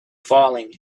falling